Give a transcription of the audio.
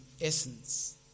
essence